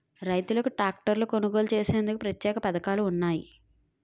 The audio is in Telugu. రైతులకు ట్రాక్టర్లు కొనుగోలు చేసేందుకు ప్రత్యేక పథకాలు ఉన్నాయా?